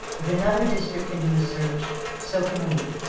if another district can do a search, so can we.